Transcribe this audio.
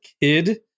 kid